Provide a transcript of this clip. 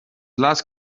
las